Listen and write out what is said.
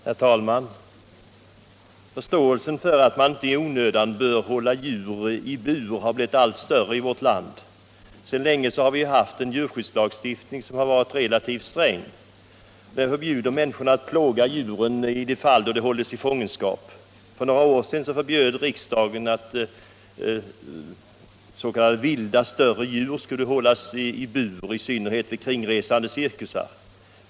Herr talman! Förståelsen för att man inte i onödan bör hålla djur i bur har blivit allt större i vårt land. Sedan länge har vi haft en djurskyddslagstiftning, som i jämförelse med andra länders är relativt sträng. Den förbjuder människorna att plåga djuren i de fall då dessa hålls i fångenskap. För några år sedan förbjöd riksdagen att s.k. vilda större djur skulle få hållas i bur, i synnerhet vid kringresande cirkusar.